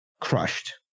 crushed